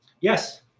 Yes